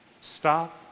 Stop